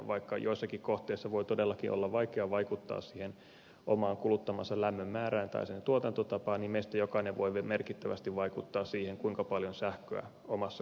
vaikka joissakin kohteissa voi todellakin olla vaikea vaikuttaa siihen omaan kuluttamansa lämmön määrään tai sen tuotantotapaan niin meistä jokainen voi merkittävästi vaikuttaa siihen kuinka paljon sähköä omassa kodissa kuluu